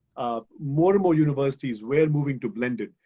ah more and more universities were moving to blended.